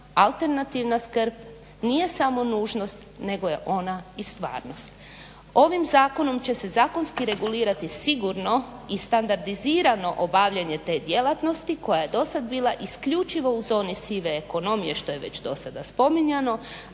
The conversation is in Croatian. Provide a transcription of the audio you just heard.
alternativna skrb nije samo nužnost, nego je ona i stvarnost. Ovim zakonom će se zakonski regulirati sigurno i standardizirano obavljanje te djelatnosti koja je dosad bila isključivo u zoni sive ekonomije što je već do sada spominjano,